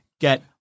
get